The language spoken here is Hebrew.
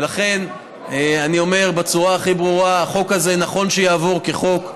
ולכן אני אומר בצורה הכי ברורה: החוק הזה נכון שיעבור כחוק,